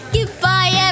Goodbye